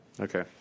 okay